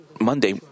Monday